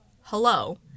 hello